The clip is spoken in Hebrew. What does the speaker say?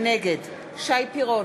נגד שי פירון,